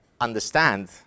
understand